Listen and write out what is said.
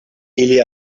ili